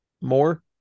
more